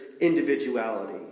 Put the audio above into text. individuality